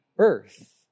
earth